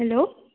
hello